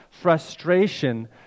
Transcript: frustration